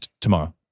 tomorrow